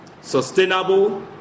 sustainable